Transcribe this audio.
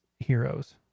Heroes